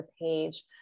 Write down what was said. page